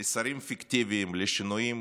לשרים פיקטיביים, לשינויים